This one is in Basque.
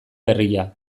berria